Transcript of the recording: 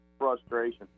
frustration